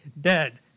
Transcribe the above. Dead